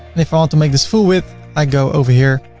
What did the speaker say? if i want to make this full width i go over here